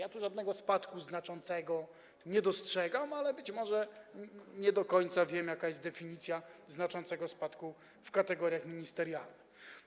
Ja tu żadnego znaczącego spadku nie dostrzegam, ale być może nie do końca wiem, jaka jest definicja znaczącego spadku w kategoriach ministerialnych.